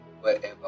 wherever